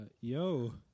Yo